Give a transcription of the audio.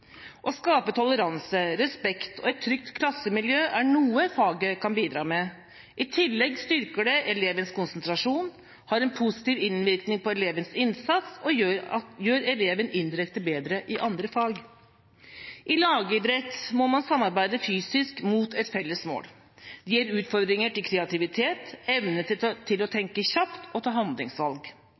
Å skape toleranse, respekt og et trygt klassemiljø er noe faget kan bidra med. I tillegg styrker det elevens konsentrasjon, har en positiv innvirkning på elevens innsats og gjør eleven indirekte bedre i andre fag. I lagidrett må man samarbeide fysisk mot et felles mål. Det gir utfordringer til kreativitet, evne til å tenke kjapt og ta handlingsvalg.